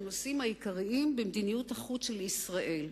הנושאים העיקריים במדיניות החוץ של ישראל.